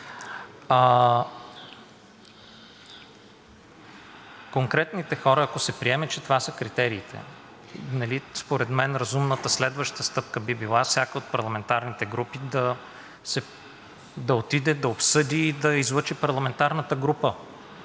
Конкретните хора, ако се приеме, че това са критериите, според мен разумната следваща стъпка би била всяка от парламентарните групи да отиде, да обсъди и да излъчи парламентарната група